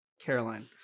Caroline